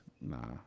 Nah